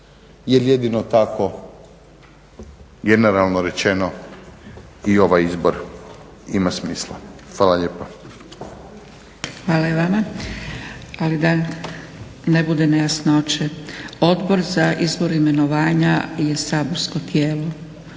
jer jedino tako generalno rečeno i ovaj izbor ima smisla. Hvala lijepa. **Zgrebec, Dragica (SDP)** Hvala i vama. Ali da ne bude nejasnoće, Odbor za izbor, imenovanja je saborsko tijelo.